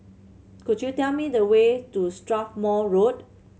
could you tell me the way to Strathmore Road